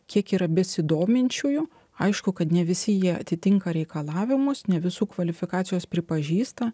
kiek yra besidominčiųjų aišku kad ne visi jie atitinka reikalavimus ne visų kvalifikacijos pripažįsta